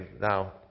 now